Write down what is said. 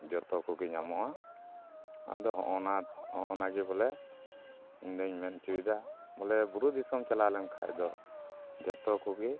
ᱡᱷᱚᱛᱚ ᱠᱚᱜᱮ ᱧᱟᱢᱚᱜᱼᱟ ᱟᱫᱚ ᱦᱚᱸᱜᱼᱚ ᱱᱟ ᱦᱚᱸᱜᱼᱚ ᱱᱟ ᱜᱮ ᱵᱚᱞᱮ ᱤᱧ ᱫᱚᱧ ᱢᱮᱱ ᱦᱚᱪᱚᱭᱮᱫᱟ ᱵᱚᱞᱮ ᱵᱩᱨᱩ ᱫᱤᱥᱚᱢ ᱪᱟᱞᱟᱣ ᱞᱮᱱᱠᱷᱟᱱ ᱫᱚ ᱡᱷᱚᱛᱚ ᱠᱚᱜᱮ